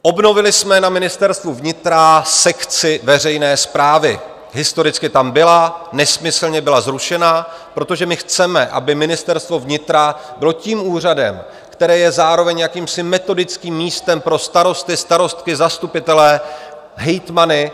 Obnovili jsme na Ministerstvu vnitra sekci veřejné správy historicky tam byla, nesmyslně byla zrušena protože my chceme, aby Ministerstvo vnitra bylo tím úřadem, který je zároveň jakýmsi metodickým místem pro starosty, starostky, zastupitele, hejtmany.